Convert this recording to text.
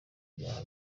byaha